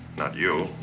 not you,